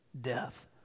death